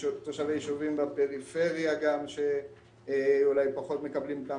תושבי יישובים בפריפריה שאולי פחות מקבלים את המענה.